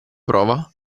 prova